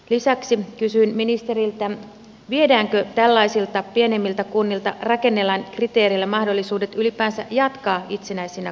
lisäksi kysyin ministeriltä viedäänkö tällaisilta pienemmiltä kunnilta rakennelain kriteereillä mahdollisuudet ylipäänsä jatkaa itsenäisinä kuntina